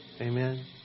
Amen